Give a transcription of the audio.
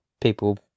people